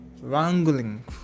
wrangling